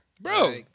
bro